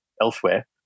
elsewhere